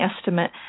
estimate